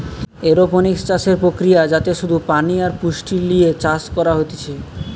aeroponics চাষের প্রক্রিয়া যাতে শুধু পানি আর পুষ্টি লিয়ে চাষ করা হতিছে